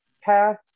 path